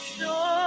No